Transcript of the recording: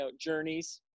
journeys